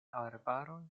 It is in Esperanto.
arbaroj